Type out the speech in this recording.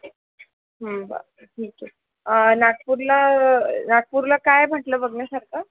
बरं ठिके नागपूरला नागपूरला काय आहे म्हटलं बघण्यासारखं